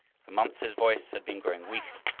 for months his voice had been growing weaker,